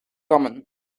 kammen